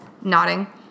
nodding